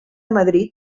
madrid